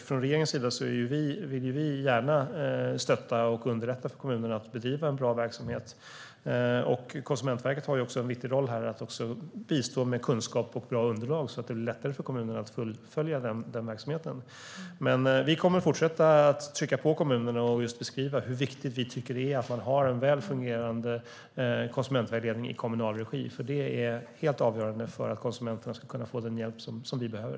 Från regeringens sida vill vi gärna stötta och underlätta för kommunerna att bedriva en bra verksamhet, och Konsumentverket har också en viktig roll när det gäller att bistå med kunskap och bra underlag så att det är lättare för kommunerna att fullfölja denna verksamhet. Vi kommer att fortsätta att trycka på kommunerna och beskriva hur viktigt vi tycker att det är med en väl fungerande konsumentvägledning i kommunal regi, för det är helt avgörande för oss konsumenter att kunna få den hjälp vi behöver.